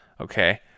okay